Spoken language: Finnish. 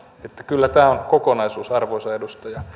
että kyllä tämä on kokonaisuus arvoisa edustaja